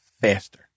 faster